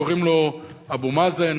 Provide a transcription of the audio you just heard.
קוראים לו אבו מאזן